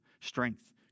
strength